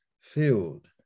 filled